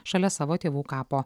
šalia savo tėvų kapo